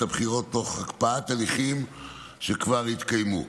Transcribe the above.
הבחירות תוך הקפאת הליכים שכבר התקיימו.